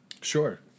Sure